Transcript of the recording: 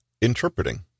Interpreting